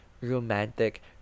romantic